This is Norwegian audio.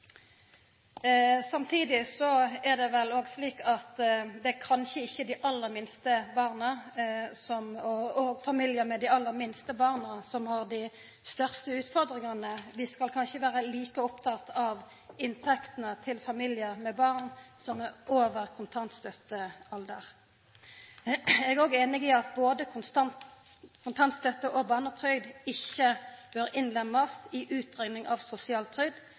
er det vel òg slik at det kanskje ikkje er familiar med dei aller minste barna som har dei største utfordringane. Vi skal kanskje vera like opptekne av inntektene til familiar med barn over kontantstøttealder. Eg er òg einig i at kontanstøtte og barnetrygd ikkje bør innlemmast i utrekning av